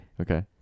Okay